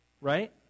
right